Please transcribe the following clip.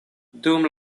dum